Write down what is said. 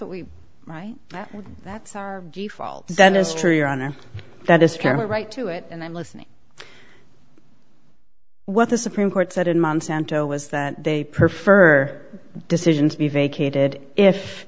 what we write that's all that is true your honor that this current right to it and i'm listening what the supreme court said in monsanto was that they prefer decisions be vacated if